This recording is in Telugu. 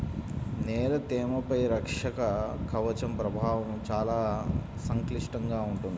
నేల తేమపై రక్షక కవచం ప్రభావం చాలా సంక్లిష్టంగా ఉంటుంది